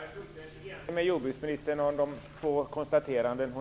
Fru talman! Jag är fullständigt överens med jordbruksministern om de två konstaterandena.